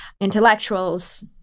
intellectuals